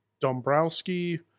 dombrowski